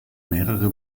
mehrere